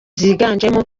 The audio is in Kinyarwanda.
ziganjemo